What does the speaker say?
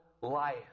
life